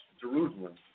Jerusalem